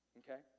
okay